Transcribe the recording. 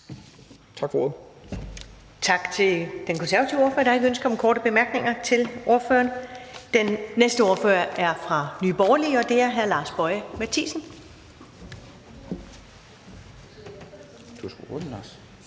Ellemann): Tak til den konservative ordfører. Der er ikke ønske om korte bemærkninger til ordføreren. Den næste ordfører er fra Nye Borgerlige, og det er hr. Lars Boje Mathiesen. Kl. 14:37 (Ordfører) Lars